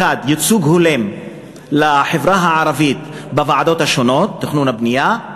1. ייצוג הולם לחברה הערבית בוועדות השונות לתכנון ובנייה,